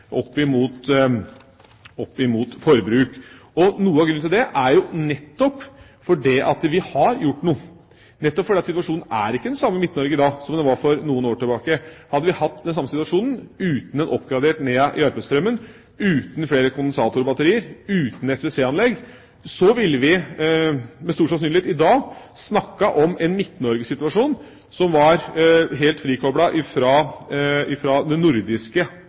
forbruk. Noe av grunnen til det er nettopp at vi har gjort noe, at situasjonen ikke er den samme i Midt-Norge i dag som den var for noen år tilbake. Hadde vi hatt den samme situasjonen, uten en oppgradert Nea–Järpströmmen, uten flere kondensatorbatterier, uten SVC-anlegg, ville vi med stor sannsynlighet i dag snakket om en Midt-Norge-situasjon som var helt frikoblet fra det nordiske spørsmålet og det nordiske